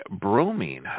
bromine